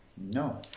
No